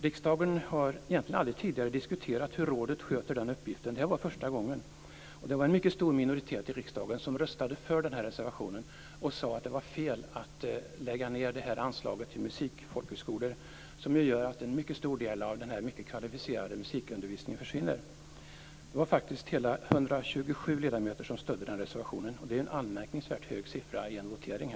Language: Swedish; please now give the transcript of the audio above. Riksdagen har egentligen aldrig tidigare diskuterat hur rådet sköter den uppgiften, utan detta var första gången. En mycket stor minoritet i riksdagen röstade för reservationen och menade att det var fel att lägga ned anslaget till musikfolkhögskolor, som gör att en väldigt stor del av dessa skolors mycket kvalificerade musikundervisning försvinner. Det var faktiskt 127 ledamöter som stödde den reservationen. Det är en anmärkningsvärt hög siffra i en votering.